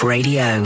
Radio